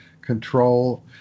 control